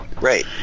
right